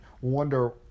wonder